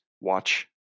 watch